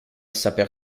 saper